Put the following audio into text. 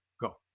Go